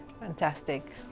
Fantastic